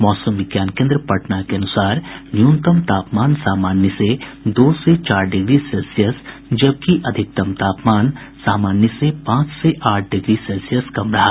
मौसम विज्ञान केन्द्र पटना के अनुसार न्यूनतम तापमान सामान्य से दो से चार डिग्री सेल्सियस जबकि अधिकतम तापमान सामान्य से पांच से आठ डिग्री सेल्सियस कम रहा